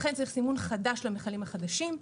לכן צריך סימון חדש למכלים החדשים,